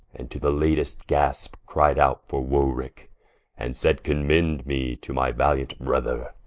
and to the latest gaspe, cry'd out for warwicke and said, commend me to my valiant brother.